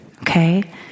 Okay